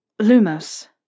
Lumos